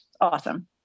Awesome